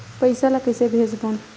पईसा ला कइसे भेजबोन?